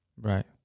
right